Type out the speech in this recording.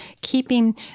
keeping